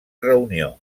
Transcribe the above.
reunió